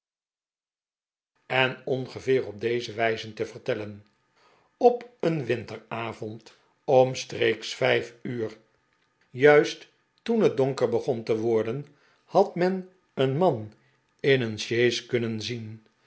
en het ongeveer op deze wijze te vertellen op een winteravond omstreeks vijf uur juist toen het donker begon te worden had men een man in een sjees kunnen zien